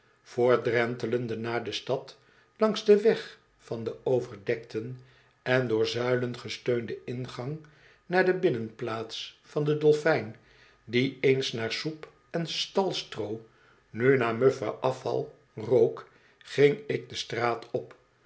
voortdrentelende naar de stad langs den weg van den overdekten en door zuilen gesteunden ingang naar de binnenplaats van den dolfijn die eens naar soep en stalstroo nu naar muffen afval rook ging ik de straat op